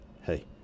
Hey